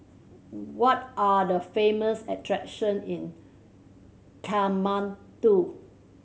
what are the famous attraction in Kathmandu